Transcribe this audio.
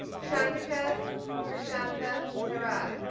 chandika krishantha herath,